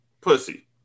pussy